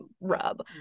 rub